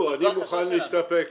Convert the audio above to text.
תוותרו, אני מוכן להסתפק.